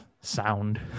sound